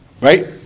right